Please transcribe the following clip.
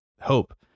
hope